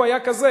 הוא היה כזה,